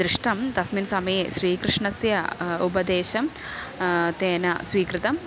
दृष्टं तस्मिन् समये श्रीकृष्णस्य उपदेशं तेन स्वीकृतम्